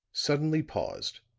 suddenly paused,